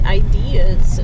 ideas